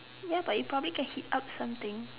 ya but you probably can heat up something